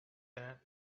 that